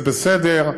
זה בסדר,